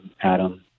Adam